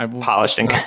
Polishing